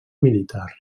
militar